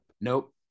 Nope